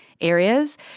areas